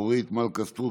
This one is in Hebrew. אורית מלכה סטרוק,